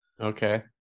Okay